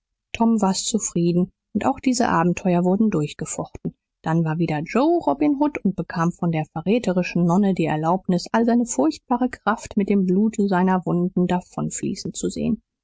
tom war's zufrieden und auch diese abenteuer wurden durchgefochten dann war wieder joe robin hood und bekam von der verräterischen nonne die erlaubnis all seine furchtbare kraft mit dem blut seiner wunden davonfließen zu sehen